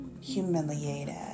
humiliated